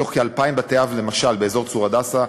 מתוך כ-2,000 בתי אב, למשל, באזור צור-הדסה,